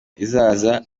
izaza